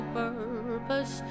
purpose